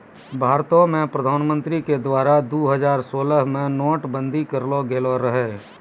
भारतो मे प्रधानमन्त्री के द्वारा दु हजार सोलह मे नोट बंदी करलो गेलो रहै